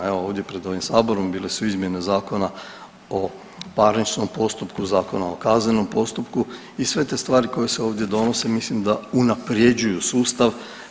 Evo pred ovim saborom bile su izmjene Zakona o parničnom postupku, Zakona o kaznenom postupku i sve te stvari koje se ovdje donose mislim da unapređuju sustav.